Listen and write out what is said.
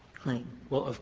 claim? well,